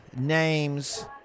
names